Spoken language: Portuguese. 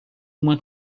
uma